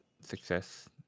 success